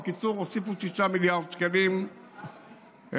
בקיצור, הוסיפו 6 מיליארד שקלים כדי